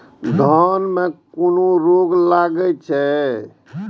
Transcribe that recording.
धान में कुन रोग लागे छै?